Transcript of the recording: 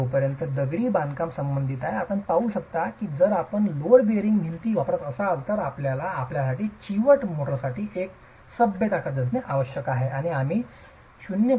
जोपर्यंत दगडी बांधकाम संबंधित आहे आपण पाहू शकता की जर आपण लोड बेअरिंगच्या भिंती वापरत असाल तर आपल्याला आपल्यासाठी चिवट मोर्टारसाठी एक सभ्य ताकद आवश्यक आहे आणि आम्ही 0